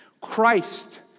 Christ